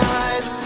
eyes